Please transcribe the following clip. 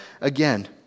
again